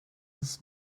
his